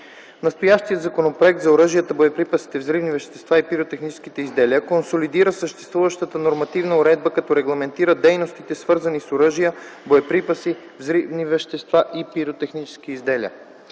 Настоящият законопроект за оръжията, боеприпасите, взривните вещества и пиротехническите изделия консолидира съществуващата нормативна уредба като регламентира дейностите, свързани с оръжия, боеприпаси, взривни вещества и пиротехнически изделия.